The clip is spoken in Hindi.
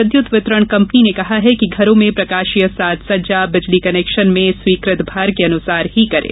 विद्युत वितरण कंपनी ने कहा है कि घरों में प्रकाशीय साज सज्जा बिजली कनेक्शन में स्वीकृत भार के अनुसार ही करें